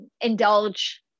indulge